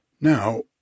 Now